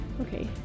okay